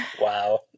Wow